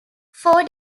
four